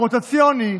הרוטציוני,